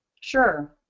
Sure